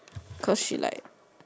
because he like